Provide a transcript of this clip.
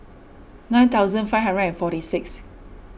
nine thousand five hundred and forty six